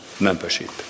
membership